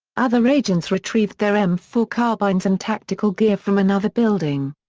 other agents retrieved their m four carbines and tactical gear from another building.